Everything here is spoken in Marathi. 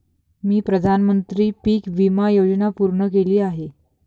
मी प्रधानमंत्री पीक विमा योजना पूर्ण केली आहे